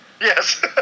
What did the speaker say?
Yes